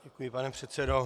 Děkuji, pane předsedo.